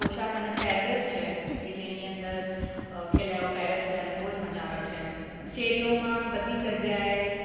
પોષાક અને પહેરવેશ છે કે જેની અંદર ખેલૈયાઓ પહેરે છે અને બહુ જ મજા આવે છે એમ શેરીઓમાં બધી જગ્યાએ